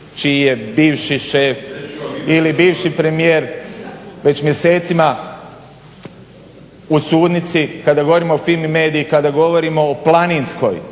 čiji je bivši šef ili bivši premijer već mjesecima u sudnici, kada govorimo o Fimi Medija-i kada govorimo o Planinskoj